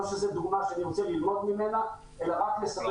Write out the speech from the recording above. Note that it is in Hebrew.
לא שזו דוגמה שאני רוצה ללמוד ממנה אלא רק לסבר